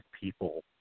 people